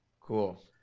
Cool